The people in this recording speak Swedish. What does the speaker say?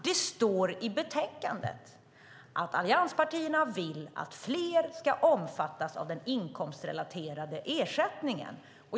Det står i betänkandet att allianspartierna vill att fler ska omfattas av den inkomstrelaterade ersättningen.